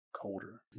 colder